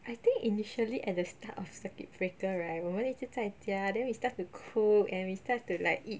I think initially at the start of circuit breaker right 我们一直在家 then we start to cook and we start to like eat